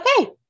Okay